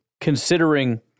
considering